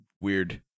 weird